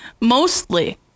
Mostly